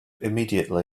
immediately